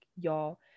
y'all